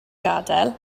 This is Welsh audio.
gadael